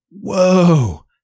Whoa